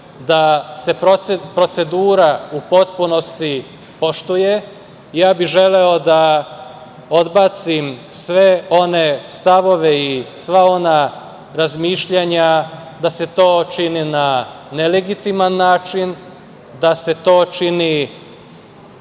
da se procedura u potpunosti poštuje. Ja bih želeo da odbacim sve one stavove i sva ona razmišljanja da se to čini na nelegitiman način, da se to čini